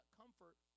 comfort